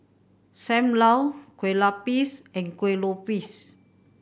Sam Lau Kueh Lapis and Kueh Lopes